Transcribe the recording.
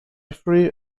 free